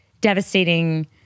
devastating